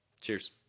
cheers